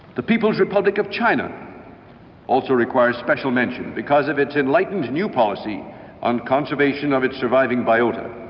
the people's republic of china also requires special mention because of its enlightened new policy on conservation of its surviving biota.